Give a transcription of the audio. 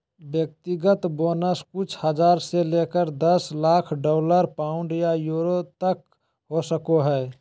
व्यक्तिगत बोनस कुछ हज़ार से लेकर दस लाख डॉलर, पाउंड या यूरो तलक हो सको हइ